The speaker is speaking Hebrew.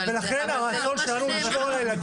ולכן הרצון שלנו הוא לשמור על הילדים